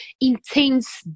intense